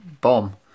bomb